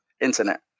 internet